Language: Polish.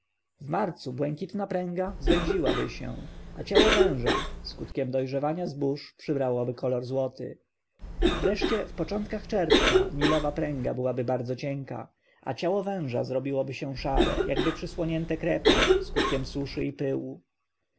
w marcu błękitna pręga zwęziłaby się a ciało węża skutkiem dojrzewania zbóż przybrałoby kolor złoty wreszcie w początkach czerwca nilowa pręga byłaby bardzo cienka a ciało węża zrobiłoby się szare jakby przysłonięte krepą skutkiem suszy i pyłu